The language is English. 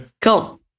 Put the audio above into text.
Cool